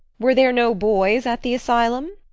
were there no boys at the asylum?